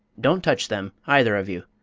don't touch them, either of you.